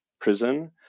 prison